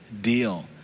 deal